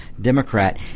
Democrat